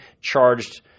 charged